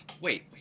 Wait